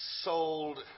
sold